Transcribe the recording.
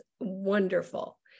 wonderful